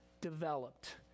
developed